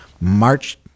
March